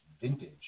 vintage